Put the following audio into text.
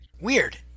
weird